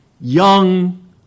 young